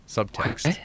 Subtext